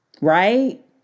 Right